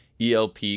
ELP